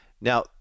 Now